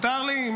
מותר לי?